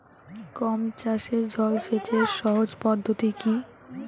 গম চাষে জল সেচের সহজ পদ্ধতি কি?